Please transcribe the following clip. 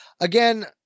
Again